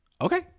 Okay